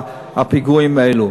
הפיגועים האלו.